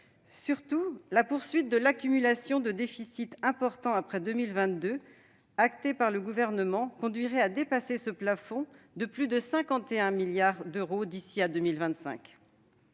Surtout, la poursuite de l'accumulation de déficits importants après 2022, actée par le Gouvernement, conduirait à dépasser ce plafond de plus de 51 milliards d'euros d'ici à 2025.